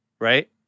right